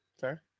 fair